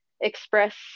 express